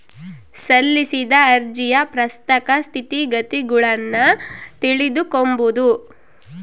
ಸಲ್ಲಿಸಿದ ಅರ್ಜಿಯ ಪ್ರಸಕ್ತ ಸ್ಥಿತಗತಿಗುಳ್ನ ತಿಳಿದುಕೊಂಬದು